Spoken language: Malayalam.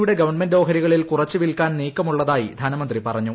യുടെ ഗവൺമെന്റ് ഓഹരികളിൽ കുറച്ച് വിൽക്കാനും ് ന്റീക്കമുള്ളതായി ധനമന്ത്രി പറഞ്ഞു